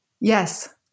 Yes